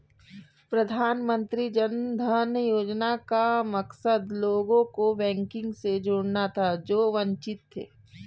प्रधानमंत्री जन धन योजना का मकसद लोगों को बैंकिंग से जोड़ना था जो वंचित थे